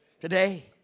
today